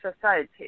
society